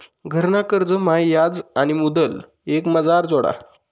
घरना कर्जमा याज आणि मुदल एकमाझार जोडा